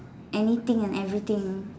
anything and everything